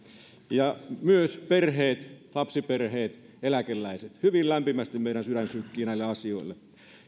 ja myös perheet lapsiperheet eläkeläiset hyvin lämpimästi meidän sydämemme sykkii näille asioille